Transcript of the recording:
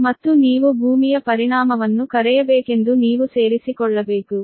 ಮತ್ತು ನೀವು ಅರ್ಥ್ ನ ಪರಿಣಾಮವನ್ನು ಕರೆಯಬೇಕೆಂದು ನೀವು ಸೇರಿಸಿಕೊಳ್ಳಬೇಕು